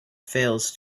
fails